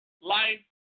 life